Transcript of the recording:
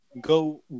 go